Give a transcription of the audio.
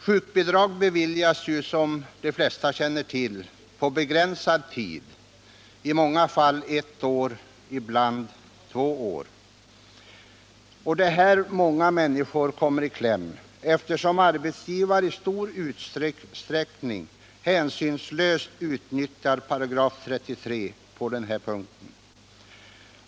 Sjukbidrag beviljas, som de flesta känner till, på begränsad tid — i många fall ett år, ibland två år. Det är här många människor kommer i kläm, eftersom arbetsgivare i stor utsträckning hänsynslöst utnyttjar 33 § på den här punkten.